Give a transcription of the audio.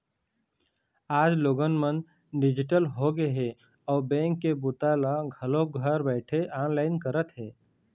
आज लोगन मन डिजिटल होगे हे अउ बेंक के बूता ल घलोक घर बइठे ऑनलाईन करत हे